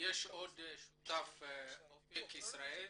נציג אופק ישראלי